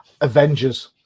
Avengers